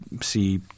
see